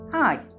Hi